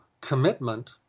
commitment